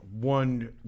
one